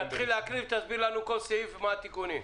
תתחיל להקריא ותסביר לנו כל סעיף ומה תיקונים.